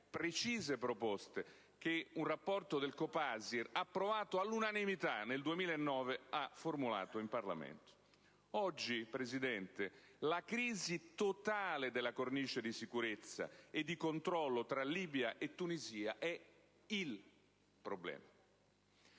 precise proposte che un rapporto del COPASIR, approvato all'unanimità nel 2009, ha formulato in Parlamento. Oggi, Presidente, la crisi totale della cornice di sicurezza e di controllo tra Libia e Tunisia è il problema.